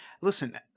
listen